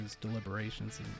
deliberations